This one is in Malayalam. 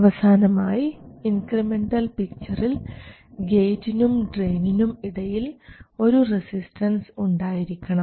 അവസാനമായി ഇൻക്രിമെൻറൽ പിക്ചറിൽ ഗേറ്റിനും ഡ്രയിനിനും ഇടയിൽ ഒരു റെസിസ്റ്റൻസ് ഉണ്ടായിരിക്കണം